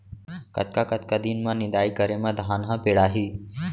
कतका कतका दिन म निदाई करे म धान ह पेड़ाही?